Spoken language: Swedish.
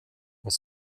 och